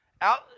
out